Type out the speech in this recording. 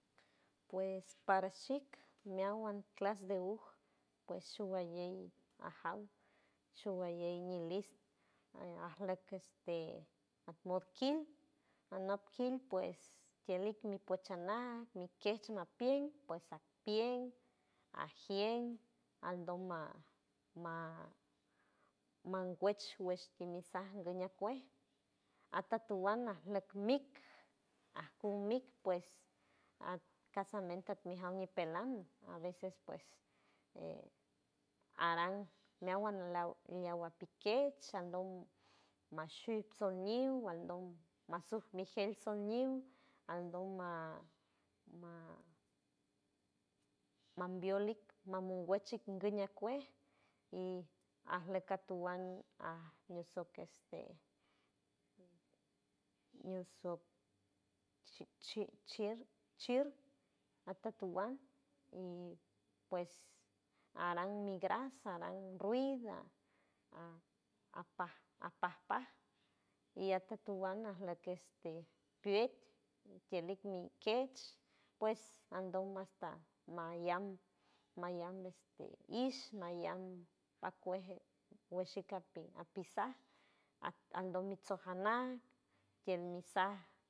Pues parshix meawand clas de uj pues shuguayey ajaw shuguayey mi list e arloc este atmot kil anok kil pues ti alik mi pue chanal mi quej machpil pues ajpien ajien aldoma ma manguech guech timisa guñacue atotowand arlok mikj acumikj pues acasamente atmi jan ñipeland a veces pues e aran meawand leagua piquech aldom mashix soñiuj aldom masuj mi ciel soñiun aldon ma ma mambiolic mamen guechik guña cue y arlok atowand aj ñisoc que este ñiusoc chi chi chield chir atotowand y pues aran migras aran ruid a apaj apaj paa y atotowand arlok que este pietch ti alik mi quech pues andon hasta mayam, mayam este ich mayan acueje gueshi capi apisaj aj aldon mitso janan tield mi saa.